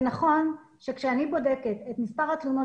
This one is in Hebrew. זה נכון שכאשר אני בודקת את מספר התלונות